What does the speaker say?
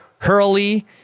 Hurley